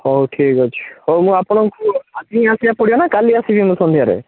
ହଉ ଠିକ୍ ଅଛି ହଉ ମୁଁ ଆପଣଙ୍କୁ ଆଜି ହିଁ ଆସିବାକୁ ପଡ଼ିବନା କାଲି ଆସିବି ମୁଁ ସନ୍ଧ୍ୟାରେ